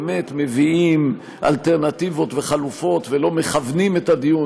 באמת מביאים אלטרנטיבות וחלופות ולא מכוונים את הדיון